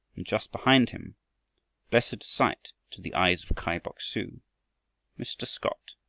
and just behind him blessed sight to the eyes of kai bok-su mr. scott,